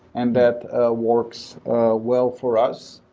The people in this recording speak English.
and that ah works well for us.